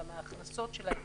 אלא מהכנסות שלהם,